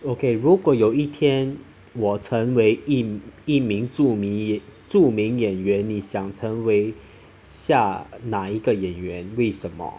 okay 如果有一天我成为一一名著名著名演员你想成为下那一个演员为什么